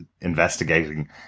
investigating